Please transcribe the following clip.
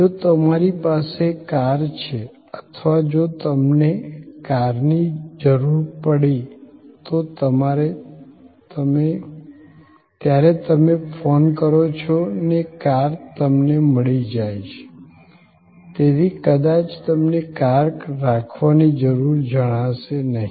જો તમારી પાસે કાર છે અથવા જો તમને કાર ની જરુરુ પડી તો ત્યારે તમે ફોન કરો છો ને કાર તમને મળી જાય છે તેથી કદાચ તમને કાર રાખવાની જરૂર જણાશે નહીં